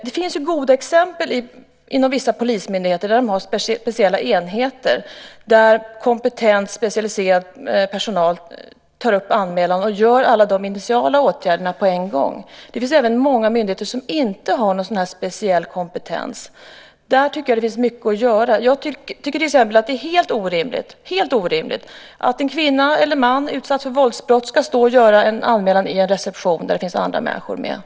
Det finns goda exempel inom vissa polismyndigheter som har speciella enheter där kompetent specialiserad personal tar upp anmälan och vidtar alla de initiala åtgärderna på en gång. Det finns även många myndigheter som inte har någon sådan speciell kompetens. Jag tycker att det i det avseendet finns mycket att göra. Jag tycker till exempel att det är helt orimligt att en kvinna eller en man som utsatts för våldsbrott ska stå och göra en anmälan i en reception där andra människor finns med.